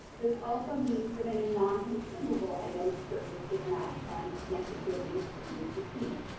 this also means that any non-consumable items purchased with match funds can't be given to students to keep.